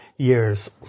years